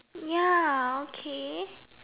ya okay